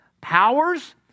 powers